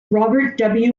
robert